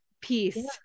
peace